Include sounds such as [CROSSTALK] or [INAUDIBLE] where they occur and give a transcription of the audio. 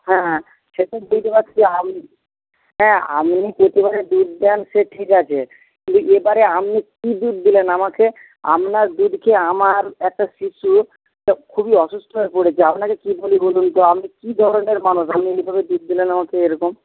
হ্যাঁ হ্যাঁ সে তো বুঝতে পারছি [UNINTELLIGIBLE] হ্যাঁ আপনি প্রতিবারে দুধ দেন সে ঠিক আছে কিন্তু এইবারে আপনি কী দুধ দিলেন আমাকে আপনার দুধ খেয়ে আমার একটা শিশু [UNINTELLIGIBLE] খুবই অসুস্থ হয়ে পড়েছে আপনাকে কী বলি বলুন তো আপনি কী ধরনের মানুষ আপনি এইভাবে দুধ দিলেন আমাকে এরকম